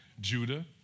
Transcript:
Judah